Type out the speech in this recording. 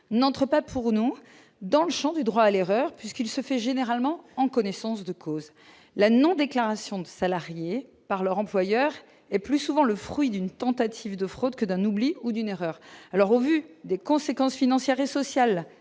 n'entre pas pour nous dans le Champ du droit à l'erreur, puisqu'il se fait généralement en connaissance de cause, la non-déclaration de salariés par leur employeur et plus souvent le fruit d'une tentative de fraude que d'un oubli ou d'une erreur, alors au vu des conséquences financières et sociales